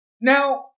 Now